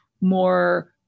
more